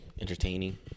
Entertaining